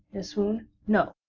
in a swoon no!